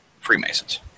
freemasons